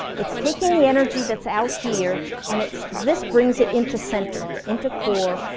it's taking the energy that's out here and it's this brings it into center, into core,